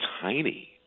tiny